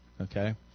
okay